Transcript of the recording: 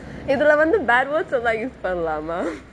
இதுலே வந்து:ithule vanthu bad words லா:laa use பண்லாமா:panlaama